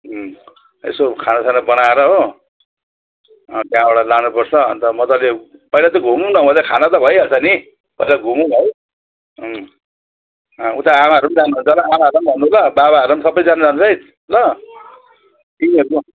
यसो खानासाना बनाएर हो त्यहाँबाट लानुपर्छ अनि त मजाले पहिला त घुमौँ न मात्रै खाना त भइहाल्छ नि पहिला घुमौँ न है उता आमाहरू पनि जानुहुन्छ होला आमाहरूलाई पनि भन्नु ल बाबाहरू पनि सबैजना जानुपर्छ है ल तिमीहरूको